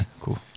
cool